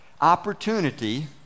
opportunity